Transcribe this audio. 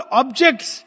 objects